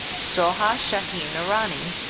soha shaheen noorani.